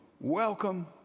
welcome